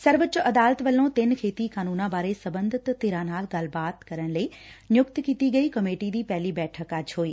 ਸਰਵਊੱਚ ਅਦਾਲਤ ਵੱਲੋਂ ਤਿੰਨ ਖੇਤੀ ਕਾਨੰਨਾਂ ਬਾਰੇ ਸਬੰਧਤ ਧਿਰਾਂ ਨਾਲ ਗੱਲਬਾਤ ਲਈ ਨਿਯੁਕਤ ਕੀਤੀ ਗਈ ਕਮੇਟੀ ਦੀ ਪਹਿਲੀ ਬੈਠਕ ਅੱਜ ਹੋਈ